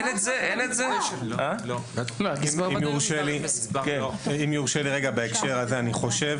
אם יורשה לי, אני חושב